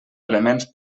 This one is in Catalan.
elements